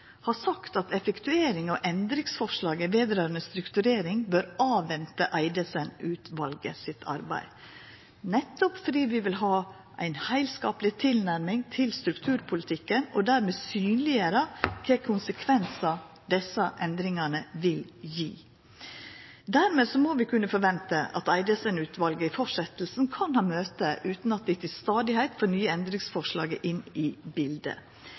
har sagt at effektuering av endringsforslag når det gjeld strukturering, bør venta på Eidesen-utvalets arbeid, nettopp fordi vi vil ha ei heilskapleg tilnærming til strukturpolitikken og dermed synleggjera kva konsekvensar desse endringane vil gi. Dermed må vi kunna forventa at Eidesen-utvalet i fortsetjinga kan ha møte utan at ein stadig får nye endringsforslag inn i bildet.